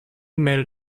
mail